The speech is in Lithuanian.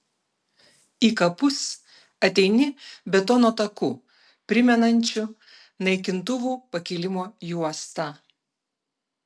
į kapus ateini betono taku primenančiu naikintuvų pakilimo juostą